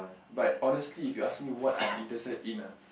but honestly if you ask me what I'm interested in ah